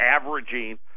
averaging